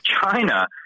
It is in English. China